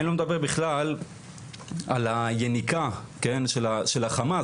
אני לא מדבר בכלל על היניקה של החמאס,